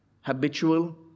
Habitual